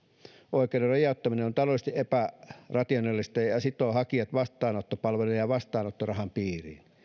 oikeuden rajoittaminen on taloudellisesti epärationaalista ja ja sitoo hakijat vastaanottopalvelujen ja vastaanottorahan piiriin